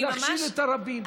להכשיל את הרבים.